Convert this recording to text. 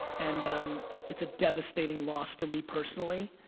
and it's a devastating loss for me personally.